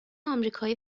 آمریکایی